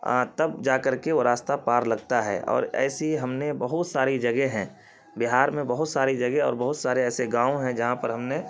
تب جا کر کے وہ راستہ پار لگتا ہے اور ایسی ہم نے بہت ساری جگہ ہیں بہار میں بہت ساری جگہ اور بہت سارے ایسے گاؤں ہیں جہاں پر ہم نے